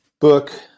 book